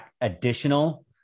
additional